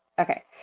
Okay